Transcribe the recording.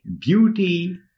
beauty